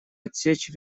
отсечь